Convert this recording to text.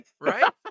right